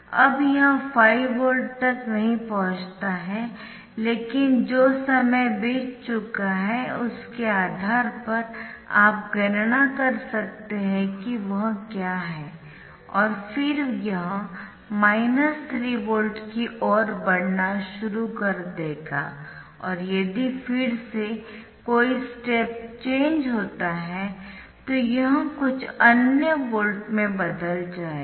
अब यह 5 वोल्ट तक नहीं पहुंचता हैलेकिन जो समय बीत चुका है उसके आधार पर आप गणना कर सकते है कि वह क्या है और फिर यह माइनस 3 वोल्ट की ओर बढ़ना शुरू कर देगा और यदि फिर से कोई स्टेप चेंज होता है तो यह कुछ अन्य वोल्ट में बदल जाएगा